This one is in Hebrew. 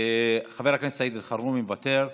חבר הכנסת סעיד אלחרומי, מוותר.